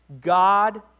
God